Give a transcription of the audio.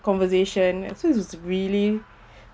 conversation as so it's really